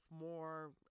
more